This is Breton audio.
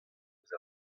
ouzh